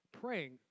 praying